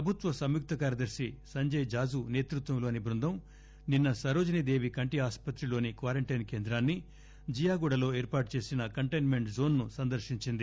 ప్రభుత్వ సంయుక్త కార్యదర్పి సంజయ్ జాజు సేతృత్వంలోని బృందం నిన్న సరోజినీ దేవి కంటి ఆసుపత్రిలోని క్వారంటైన్ కేంద్రాన్ని జియాగుడా లో ఏర్పాటు చేసిన కంటైన్మెంట్ జోన్ ను సందర్పించింది